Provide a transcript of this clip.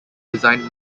designed